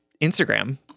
Instagram